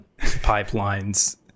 pipelines